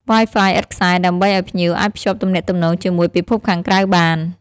Wi-Fi ឥតខ្សែ ដើម្បីឲ្យភ្ញៀវអាចភ្ជាប់ទំនាក់ទំនងជាមួយពិភពខាងក្រៅបាន។